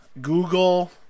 Google